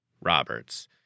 Roberts